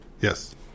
yes